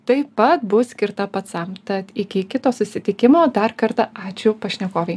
taip pat bus skirta pacams tad iki kito susitikimo dar kartą ačiū pašnekovei